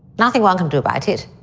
nothing welcome do about it.